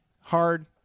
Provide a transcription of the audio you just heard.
Hard